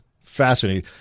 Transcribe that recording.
fascinating